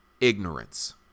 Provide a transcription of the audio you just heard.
ignorance